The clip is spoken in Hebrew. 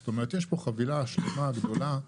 זאת אומרת יש פה חבילה שלמה, גדולה,